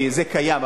כי זה קיים.